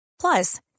Plus